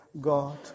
God